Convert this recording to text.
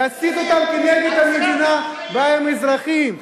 להסית אותם נגד המדינה שבה הם אזרחים.